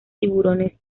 tiburones